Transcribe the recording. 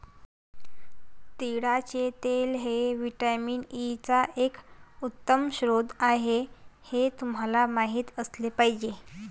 तिळाचे तेल हे व्हिटॅमिन ई चा एक उत्तम स्रोत आहे हे तुम्हाला माहित असले पाहिजे